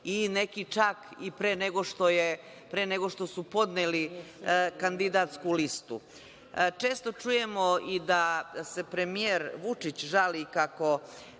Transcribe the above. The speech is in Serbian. i neki čak i pre nego što su podneli kandidatsku listu. Često čujemo i da se premijer Vučić žali kako